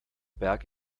berg